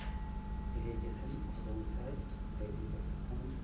irrigation ꯈꯨꯗꯣꯡ ꯆꯥꯏ ꯂꯩꯔꯤꯕ ꯐꯤꯕꯝ